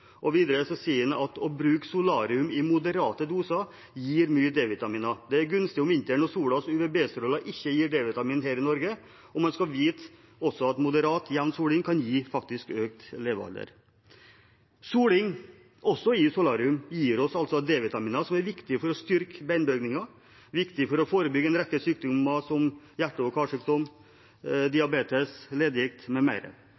Og videre: «Å bruke solarium i moderate doser gir mye D-vitaminer. Det er gunstig om vinteren når solas UVB-stråler ikke gir D-vitamin her i Norge. De burde også vite at moderat, jevn soling kan øke levealderen vår.» Soling, også i solarium, gir oss altså D-vitaminer, som er viktig for å styrke benbygningen og for å forebygge en rekke sykdommer, som hjerte- og karsykdom,